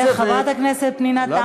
חברת הכנסת פנינה תמנו-שטה,